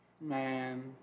Man